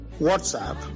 WhatsApp